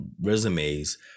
resumes